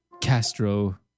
Castro